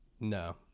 No